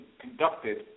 conducted